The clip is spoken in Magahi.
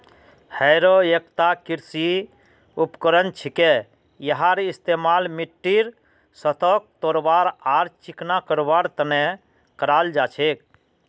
हैरो एकता कृषि उपकरण छिके यहार इस्तमाल मिट्टीर सतहक तोड़वार आर चिकना करवार तने कराल जा छेक